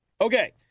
Okay